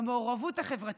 במעורבות החברתית.